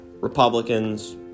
Republicans